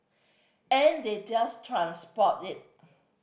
and they just transport it